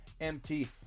MT